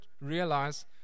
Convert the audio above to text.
realize